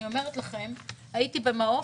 הייתי במעו"ף.